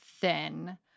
thin